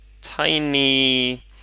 tiny